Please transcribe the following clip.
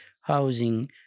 housing